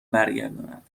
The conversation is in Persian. برگرداند